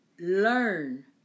learn